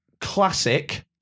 classic